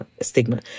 stigma